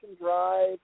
drive